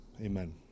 amen